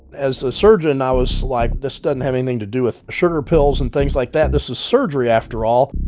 as a surgeon, i was like, this doesn't have anything to do with sugar pills and things like that this is surgery, after all